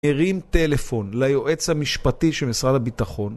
הרים טלפון ליועץ המשפטי של משרד הביטחון